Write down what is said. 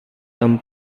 tom